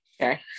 Okay